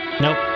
Nope